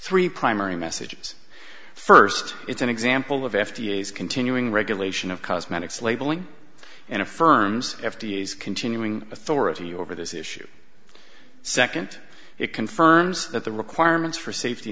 three primary messages first it's an example of f d a is continuing regulation of cosmetics labeling and affirms f d a is continuing authority over this issue second it confirms that the requirements for safety